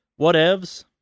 whatevs